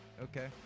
Okay